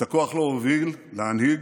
את הכוח להוביל, להנהיג,